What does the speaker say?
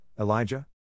Elijah